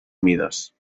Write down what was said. mides